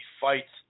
fights